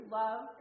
love